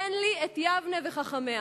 תן לי את יבנה וחכמיה.